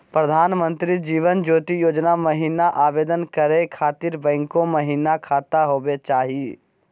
प्रधानमंत्री जीवन ज्योति योजना महिना आवेदन करै खातिर बैंको महिना खाता होवे चाही?